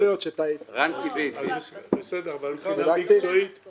מאיר, אמרת מספיק, בוא ניתן לאחרים.